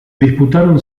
disputaron